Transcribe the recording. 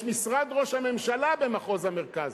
יש משרד ראש הממשלה במחוז המרכז.